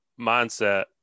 mindset